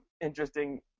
interesting